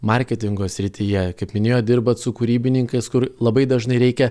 marketingo srityje kaip minėjot dirbat su kūrybininkais kur labai dažnai reikia